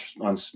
on